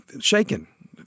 shaken